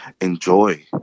enjoy